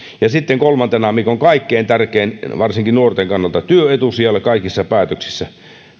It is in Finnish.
ja sitten kolmantena mikä on kaikkein tärkein varsinkin nuorten kannalta työ etusijalle kaikissa päätöksissä